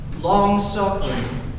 long-suffering